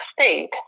state